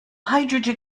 hydrogen